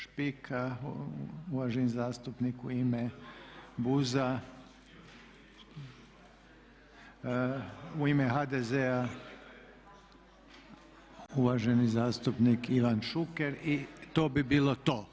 Špika, uvaženi zastupnik u ime BUH-a, u ime HDZ-a, uvaženi zastupnik Ivan Šuker i to bi bilo to.